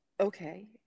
Okay